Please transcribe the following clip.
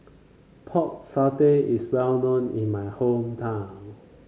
Pork Satay is well known in my hometown